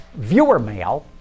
viewermail